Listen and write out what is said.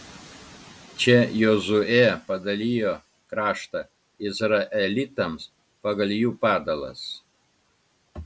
čia jozuė padalijo kraštą izraelitams pagal jų padalas